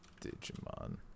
Digimon